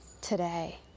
today